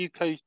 UK